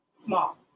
Small